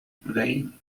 vein